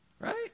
Right